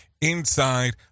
inside